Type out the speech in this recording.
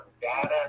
data